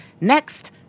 Next